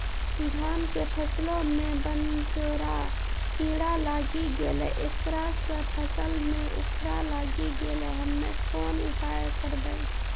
धान के फसलो मे बनझोरा कीड़ा लागी गैलै ऐकरा से फसल मे उखरा लागी गैलै हम्मे कोन उपाय करबै?